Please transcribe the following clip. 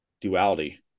duality